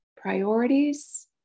priorities